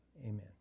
amen